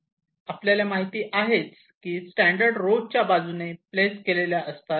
आपल्याला माहिती आहेस की स्टॅंडर्ड रो च्या बाजूने प्लेस केलेल्या असतात